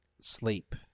sleep